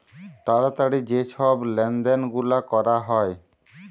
তাড়াতাড়ি যে ছব লেলদেল গুলা ক্যরা হ্যয়